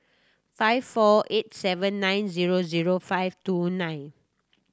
five four eight seven nine zero zero five two nine